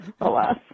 alas